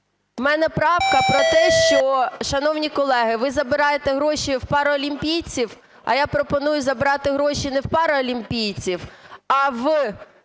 У мене правка про те, що, шановні колеги, ви забираєте гроші в паралімпійців, а я пропоную забрати гроші не в паралімпійців, а в